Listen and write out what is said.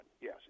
Yes